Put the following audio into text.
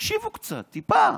תקשיבו קצת, טיפה,